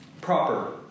Proper